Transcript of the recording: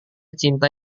cinta